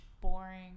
boring